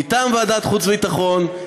מטעם ועדת החוץ והביטחון,